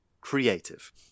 creative